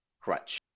crutch